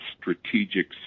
Strategic